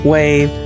Wave